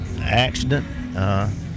accident